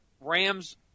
Rams